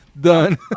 Done